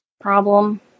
problem